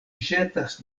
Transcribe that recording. ĵetas